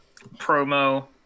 promo